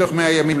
מתוך 100 הימים,